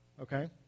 Okay